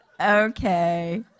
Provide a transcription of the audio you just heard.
Okay